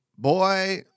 Boy